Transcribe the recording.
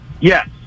yes